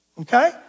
okay